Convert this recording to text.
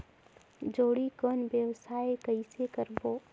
जोणी कौन व्यवसाय कइसे करबो?